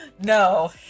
no